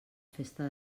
festa